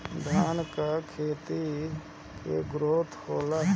धान का खेती के ग्रोथ होला?